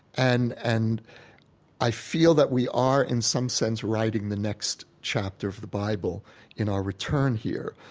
and and i feel that we are in some sense writing the next chapter of the bible in our return here.